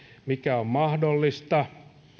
mikä on mahdollista